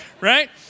right